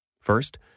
First